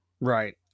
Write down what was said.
right